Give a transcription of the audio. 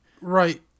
Right